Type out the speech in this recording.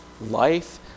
life